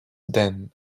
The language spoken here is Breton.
den